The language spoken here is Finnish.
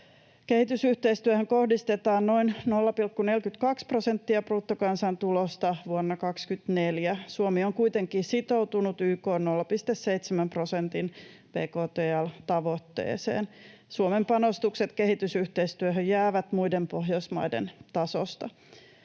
Kehitysyhteistyöhön kohdistetaan noin 0,42 prosenttia bruttokansantulosta vuonna 24. Suomi on kuitenkin sitoutunut YK:n 0,7 prosentin bktl-tavoitteeseen. Suomen panostukset kehitysyhteistyöhön jäävät muiden Pohjoismaiden tasosta.